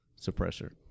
suppressor